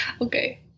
okay